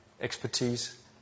expertise